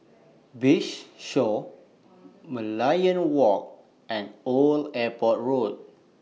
Bayshore Merlion Walk and Old Airport Road